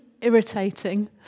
irritating